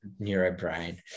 neurobrain